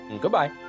Goodbye